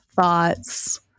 thoughts